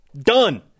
done